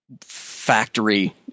factory